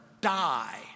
die